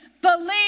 Believe